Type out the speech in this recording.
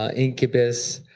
ah incubus,